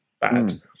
bad